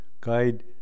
Guide